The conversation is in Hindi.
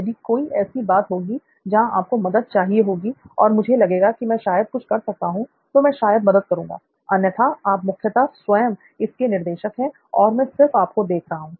यदि कोई ऐसी बात होगी जहां आपको मदद चाहिए होगी और मुझे लगेगा कि मैं शायद कुछ कर सकता हूं तो मैं शायद मदद करूँगा अन्यथा आप मुख्यतः स्वयं इसके निर्देशक हैं और मैं सिर्फ आपको देख रहा हूं